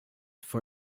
for